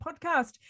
podcast